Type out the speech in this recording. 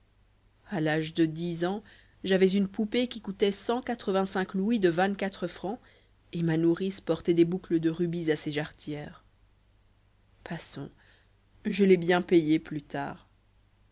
à l'âge de dix ans j'avais une poupée qui coûtait louis de francs et ma nourrice portait des boucles de rubis à ses jarretières passons je l'ai bien payé plus tard